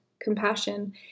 compassion